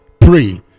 pray